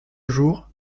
jour